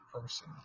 person